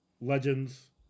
legends